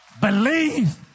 believe